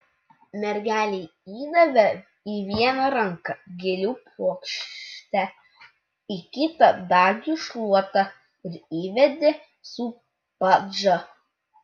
mergelei įdavė į vieną ranką gėlių puokštę į kitą dagių šluotą ir įvedė su parandža